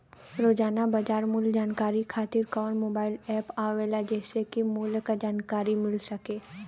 रोजाना बाजार मूल्य जानकारी खातीर कवन मोबाइल ऐप आवेला जेसे के मूल्य क जानकारी मिल सके?